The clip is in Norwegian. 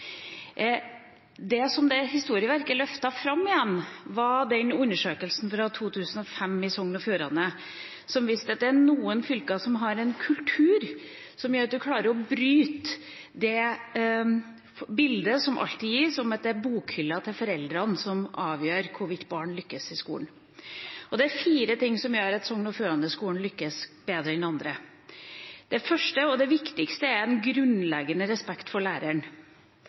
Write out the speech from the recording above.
Det som det historieverket løftet fram igjen, var undersøkelsen fra 2005 i Sogn og Fjordane som viste at det er noen fylker som har en kultur som gjør at man klarer å bryte det bildet som alltid gis, om at det er bokhylla til foreldrene som avgjør om barn lykkes i skolen. Det er fire ting som gjør at skolen i Sogn og Fjordane lykkes bedre enn andre. Det første og viktigste er en grunnleggende respekt for læreren.